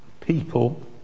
people